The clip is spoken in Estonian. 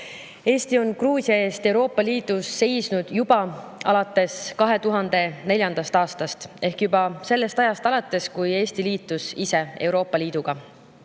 Eesti on Gruusia eest Euroopa Liidus seisnud juba alates 2004. aastast ehk juba sellest ajast alates, kui Eesti liitus ise Euroopa Liiduga.